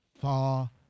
far